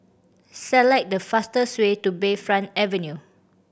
select the fastest way to Bayfront Avenue